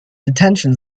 detention